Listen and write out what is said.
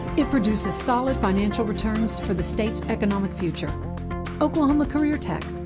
it produces solid financial returns for the state's economic future oklahoma careertech,